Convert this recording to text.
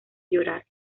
llorar